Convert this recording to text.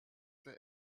der